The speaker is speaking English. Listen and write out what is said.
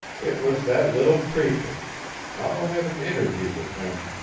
it was that little preacher i'll have an interview with him!